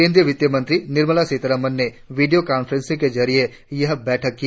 केंद्रीय वित्तमंत्री निर्मला सीतारामन ने वीडियों काफ्रेंसिंग के जरिए यह बैठक की